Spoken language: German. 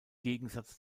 gegensatz